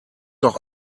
doch